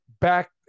back